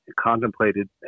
contemplated